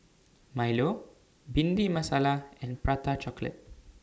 Milo Bhindi Masala and Prata Chocolate